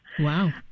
Wow